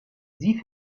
sie